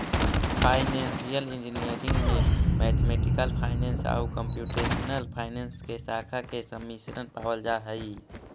financial engineering में mathematical finance आउ computational finance के शाखा के सम्मिश्रण पावल जा हई